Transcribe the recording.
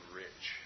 rich